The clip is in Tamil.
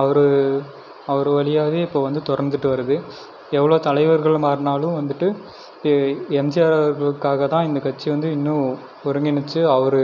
அவர் அவர் வழியாகவே இப்போ வந்து தொடர்ந்துட்டு வருது எவ்வளோ தலைவர்கள் மாறினாலும் வந்துட்டு எம்ஜிஆர் அவர்களுக்காகதான் இந்தக் கட்சி வந்து இன்னும் ஒருங்கிணைச்சி அவர்